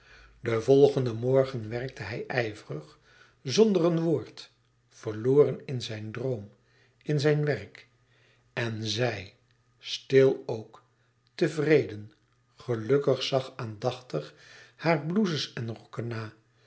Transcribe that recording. den volgenden morgen werkte hij ijverig zonder een woord verloren in zijn droom in zijn werk en zij stil ook tevreden gelukkig zag aandachtig hare blouses en rokken na